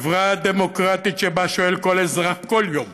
חברה דמוקרטית שבה שואל כל אזרח כל יום